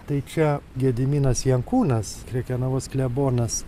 tai čia gediminas jankūnas krekenavos klebonas